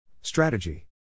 Strategy